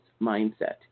mindset